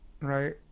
right